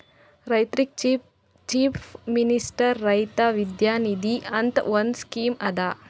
ರೈತರಿಗ್ chief minister Raitha Vidya Nidhi ಅಂತ್ ಒಂದ್ ಸ್ಕೀಮ್ ಅದಾ